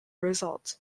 result